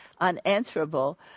unanswerable